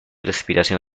respiración